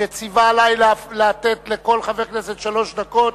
שציווה עלי לתת לכל חבר כנסת שלוש דקות,